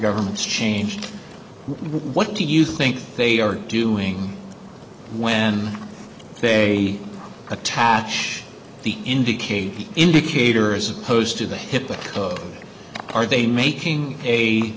government's changed what do you think they are doing when they attach the indicate indicator as opposed to the hip a code are they making a